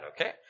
okay